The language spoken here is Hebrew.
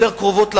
יותר קרובות לבית.